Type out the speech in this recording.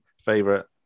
favorite